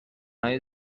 های